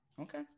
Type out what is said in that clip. Okay